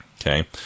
Okay